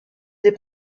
des